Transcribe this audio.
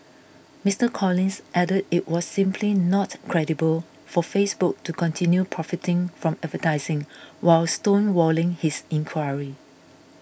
Mister Collins added it was simply not credible for Facebook to continue profiting from advertising while stonewalling his inquiry